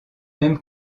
même